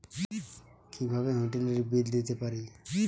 কিভাবে হোটেলের বিল দিতে পারি?